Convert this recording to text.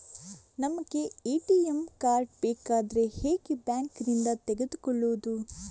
ನಮಗೆ ATM card ಬೇಕಾದ್ರೆ ಹೇಗೆ ಬ್ಯಾಂಕ್ ನಿಂದ ತೆಗೆದುಕೊಳ್ಳುವುದು?